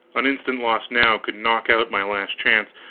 an instant lost now could knock out my last chance.